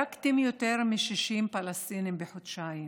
הרגתם יותר מ-60 פלסטינים בחודשיים.